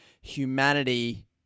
humanity